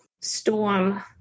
storm